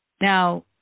now